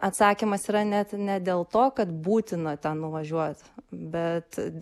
atsakymas yra net ne dėl to kad būtina ten nuvažiuot bet